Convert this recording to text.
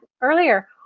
earlier